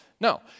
No